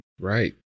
Right